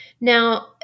Now